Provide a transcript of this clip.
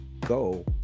go